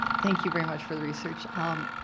thank you very much for the research. um,